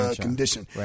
condition